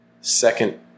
second